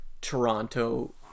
Toronto